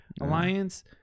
Alliance